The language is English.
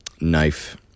knife